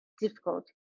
difficult